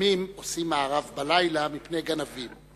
לפעמים עושים מארב בלילה מפני גנבים.